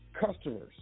customers